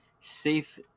safe